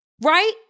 right